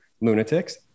lunatics